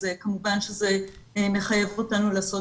אז כמובן שזה מחייב אותנו לעשות